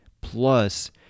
Plus